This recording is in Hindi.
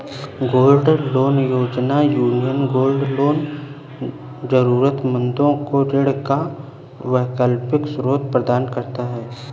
गोल्ड लोन योजना, यूनियन गोल्ड लोन जरूरतमंदों को ऋण का वैकल्पिक स्रोत प्रदान करता है